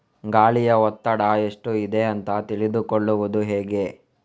ಗಾಳಿಯ ಒತ್ತಡ ಎಷ್ಟು ಇದೆ ಅಂತ ತಿಳಿದುಕೊಳ್ಳುವುದು ಹೇಗೆ?